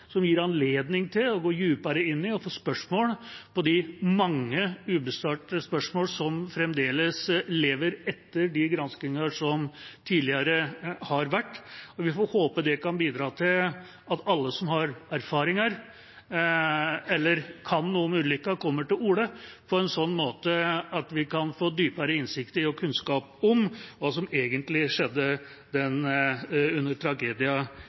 som gir anledning til å gå dypere inn i og få svar på de mange ubesvarte spørsmål som fremdeles lever etter de granskinger som tidligere har vært. Og vi får håpe det kan bidra til at alle som har erfaringer eller kan noe om ulykken, kommer til orde på en slik måte at vi kan få dypere innsikt i og kunnskap om hva som egentlig skjedde under